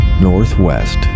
Northwest